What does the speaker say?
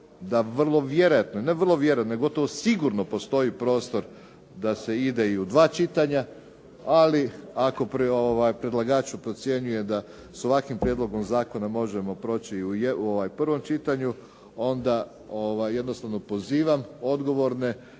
da vrlo vjerojatno, ne vrlo vjerojatno nego gotovo sigurno postoji prostor da se ide i u dva čitanja, ali ako predlagač procjenjuje da sa ovakvim prijedlogom zakona možemo proći i u prvom čitanju onda jednostavno pozivam odgovorne